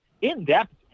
in-depth